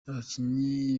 abakinnyi